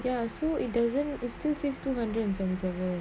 ya so it doesn't it still says two hundred and seventy seven